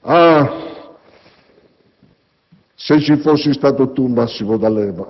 Ah, se ci fossi stato tu, Massimo D'Alema!